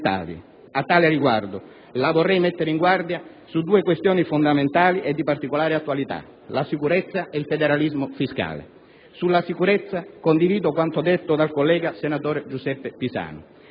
A tale riguardo, la vorrei mettere in guardia su due questioni fondamentali e di particolare attualità: la sicurezza e il federalismo fiscale. Sulla sicurezza condivido quanto detto dal collega senatore Giuseppe Pisanu: